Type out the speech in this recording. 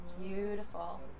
Beautiful